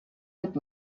mit